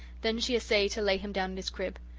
then she essayed to lay him down in his crib.